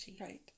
Right